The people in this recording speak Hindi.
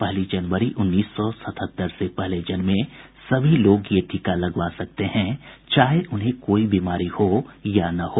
पहली जनवरी उन्नीस सौ सतहत्तर से पहले जन्मे सभी लोग यह टीका लगवा सकते हैं चाहे उन्हें कोई बीमारी हो या ना हो